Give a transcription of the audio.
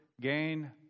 gain